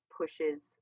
pushes